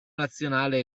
nazionale